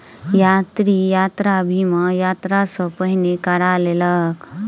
यात्री, यात्रा बीमा, यात्रा सॅ पहिने करा लेलक